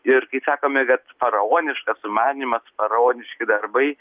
ir kai sakome net faraoniškas sumanymas faraoniški darbai